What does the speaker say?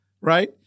right